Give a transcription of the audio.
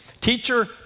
Teacher